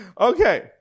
Okay